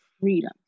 freedom